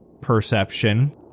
perception